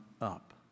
up